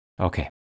Okay